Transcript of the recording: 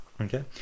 Okay